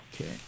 Okay